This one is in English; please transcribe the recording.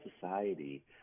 Society